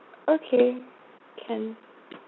okay can